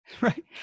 right